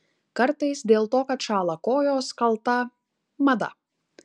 kartais dėl to kad šąla kojos kalta mada